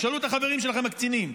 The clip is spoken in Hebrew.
תשאלו את החברים שלכם הקצינים.